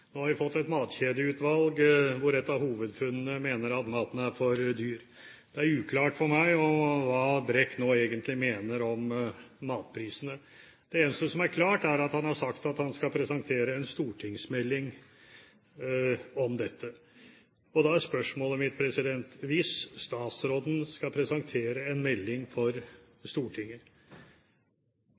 er for dyr. Det er uklart for meg hva statsråd Brekk nå egentlig mener om matprisene. Det eneste som er klart, er at han har sagt at han skal presentere en stortingsmelding om dette. Da er spørsmålet mitt: Hvis statsråden skal presentere en melding for Stortinget,